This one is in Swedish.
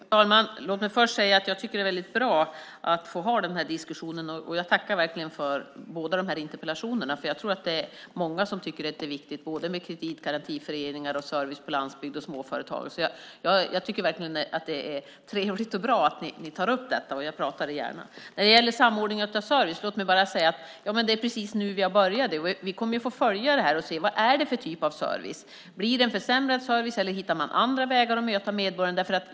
Fru talman! Låt mig först säga att jag tycker att det är väldigt bra att få ha den här diskussionen. Jag tackar verkligen för båda de här interpellationerna, för jag tror att det är många som tycker att det är viktigt med kreditgarantiföreningar, service på landsbygden och småföretag. Jag tycker verkligen att det är trevligt och bra att ni tar upp detta. Jag pratar gärna om det. Låt mig bara när det gäller samordning av service säga att vi precis har börjat. Vi kommer att få följa det här och se vilken typ av service det handlar om. Blir det en försämrad service, eller hittar man andra vägar att möta medborgaren?